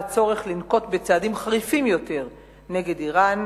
הצורך לנקוט צעדים חריפים יותר נגד אירן,